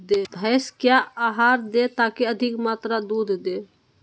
भैंस क्या आहार दे ताकि अधिक मात्रा दूध दे?